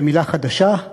במילה חדשה,